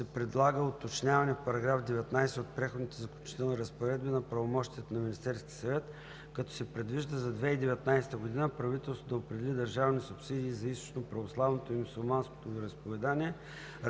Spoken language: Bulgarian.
се предлага уточняване в § 19 от Преходните и заключителните разпоредби на правомощията на Министерския съвет, като се предвижда за 2019 г. правителството да определи държавни субсидии за източноправославното и мюсюлманското вероизповедание,